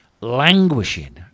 languishing